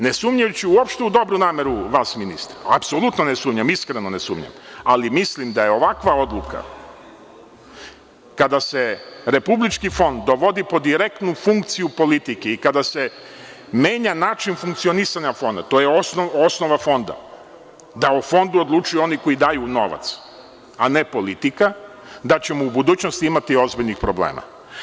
Ne sumnjajući uopšte u dobru nameru vas ministre, apsolutno ne sumnjam, iskreno ne sumnjam, ali mislim da je ovakva odluka, kada se Republički fond dovodi pod direktnu funkciju politike i kada se menja način funkcionisanja Fonda, to je osnova Fonda da o Fondu odlučuju oni koji daju novac, a ne politika, da ćemo u budućnosti imati ozbiljnih problema.